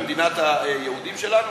במדינת היהודים שלנו?